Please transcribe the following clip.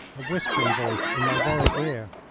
a whispering voice, in my very ear.